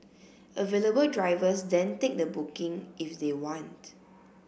available drivers then take the booking if they want